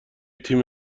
تیم